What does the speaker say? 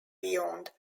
beyond